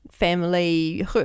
family